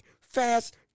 fast